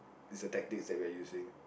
is the tactics that we're using